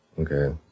Okay